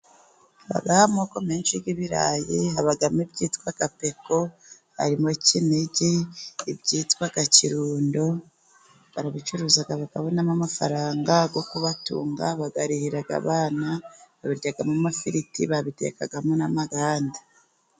Habaho amoko menshi y'ibirayi habamo: ibyitwa peko harimo kinigi, ibyitwa kirundo. Barabicuruza bakabonamo amafaranga yo kubatunga, bayarihira abana, babiryamo amafiriti, babitekamo n'amaganda.